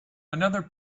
another